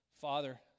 Father